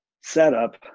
setup